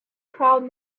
crowd